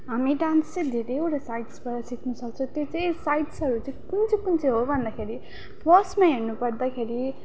हामी डान्स चाहिँ धेरैवटा साइट्सबाट सिक्नु सक्छ त्यो चाहिँ साइट्सहरू चाहिँ कुन चाहिँ कुन चाहिँ हो भन्दाखेरि फर्स्टमा हेर्नु पर्दाखेरि